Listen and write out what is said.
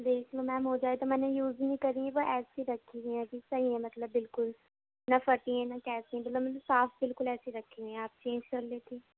جی اس میں میم ہو جائے تو میں نے یوز ہی نہیں کری وہ ایسی رکھی ہیں صحیح ہے مطلب بالکل نا پھٹی ہے نا کیسی مطلب صاف بالکل ایسے رکھی ہوئی ہیں آپ چینج کر لیتیں